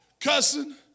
cussing